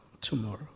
tomorrow